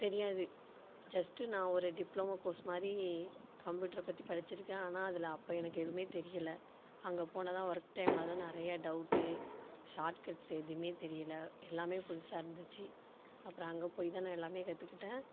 தெரியாது ஜஸ்ட்டு நான் ஒரு டிப்ளமோ கோர்ஸ் மாதிரி கம்ப்யூட்ரை பற்றி படிச்சுருக்கேன் ஆனால் அதில் அப்போ எனக்கு எதுவுமே தெரியலை அங்கே போனால் தான் ஒர்க் டைமில் தான் நிறையா டௌட்டு ஷார்ட் கட்ஸ் எதுவுமே தெரியலை எல்லாமே புதுசாக இருந்துச்சு அப்புறம் அங்கே போய் தான் நான் எல்லாமே கற்றுக்கிட்டேன்